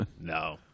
No